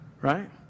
right